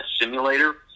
simulator